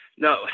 No